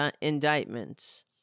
indictments